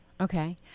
okay